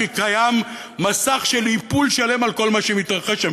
כי קיים מסך של איפול שלם על כל מה שמתרחש שם.